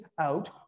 out